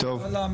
אינשאללה,